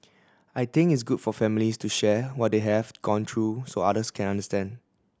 I think it's good for families to share what they have gone through so others can understand